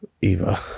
Eva